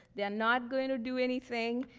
they're not going to do anything,